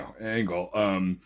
angle